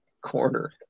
corner